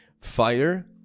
fire